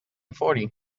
fourty